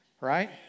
right